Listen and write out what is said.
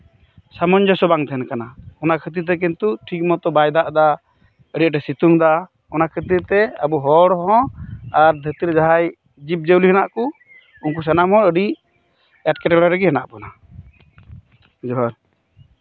ᱥᱟᱢᱚᱧ ᱡᱚᱥᱥᱚ ᱦᱚᱸ ᱵᱟᱝ ᱛᱟᱦᱮᱱ ᱠᱟᱱᱟ ᱚᱱᱟ ᱠᱷᱟᱹᱛᱤᱨ ᱛᱮ ᱠᱤᱱᱛᱩ ᱴᱷᱤᱠᱢᱚᱛᱚ ᱵᱟᱭ ᱫᱟᱜ ᱮᱫᱟ ᱟᱹᱰᱤ ᱟᱸᱴᱮᱭ ᱥᱤᱛᱩᱝ ᱮᱫᱟ ᱚᱱᱟ ᱠᱷᱟᱹᱛᱤᱨ ᱛᱮ ᱟᱵᱚ ᱦᱚᱲ ᱦᱚᱸ ᱟᱨ ᱫᱷᱟᱹᱨᱛᱤ ᱨᱮ ᱡᱟᱦᱟᱸᱭ ᱡᱤᱵ ᱡᱤᱭᱟᱹᱞᱤ ᱦᱮᱱᱟᱜ ᱠᱚ ᱩᱱᱠᱩ ᱥᱟᱱᱢ ᱦᱚᱲ ᱟᱹᱰᱤ ᱮᱴᱠᱮᱴᱚᱬᱮ ᱨᱮᱜᱮ ᱦᱮᱱᱟᱜᱵᱚᱱᱟ ᱡᱚᱦᱟᱨ